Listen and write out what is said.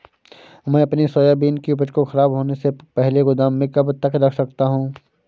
मैं अपनी सोयाबीन की उपज को ख़राब होने से पहले गोदाम में कब तक रख सकता हूँ?